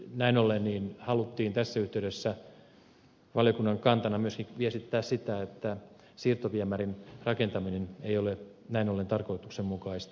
näin ollen haluttiin tässä yhteydessä valiokunnan kantana myöskin viestittää sitä että siirtoviemärin rakentaminen ei ole näin ollen tarkoituksenmukaista